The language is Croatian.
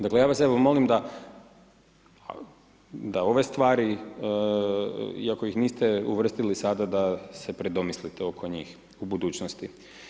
Dakle, ja vas evo molim da ove stvari iako ih niste uvrstili sada da se predomislite oko njih u budućnosti.